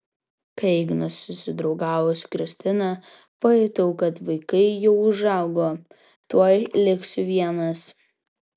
kai ignas susidraugavo su kristina pajutau kad vaikai jau užaugo tuoj liksiu vienas